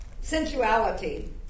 sensuality